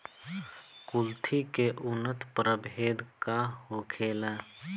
कुलथी के उन्नत प्रभेद का होखेला?